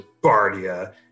Bardia